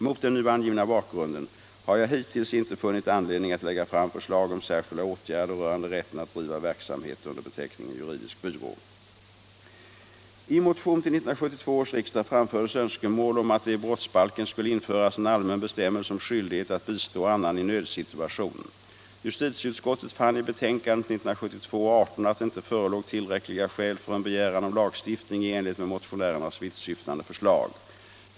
Mot den nu angivna bakgrunden har jag hittills inte funnit anledning att lägga fram förslag om särskilda åtgärder rörande rätten att driva verksamhet under beteckningen juridisk byrå. I motion till 1972 års riksdag framfördes önskemål om att det i brottsbalken skulle införas en allmän bestämmelse om skyldighet att bistå annan i nödsituation. Justitieutskottet fann i betänkandet 1972:18 att det inte förelåg tillräckliga skäl för en begäran om lagstiftning i enlighet med motionärernas vittsyftande förslag.